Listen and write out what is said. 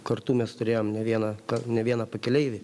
kartu mes turėjome ne vieną ka ne vieną pakeleivį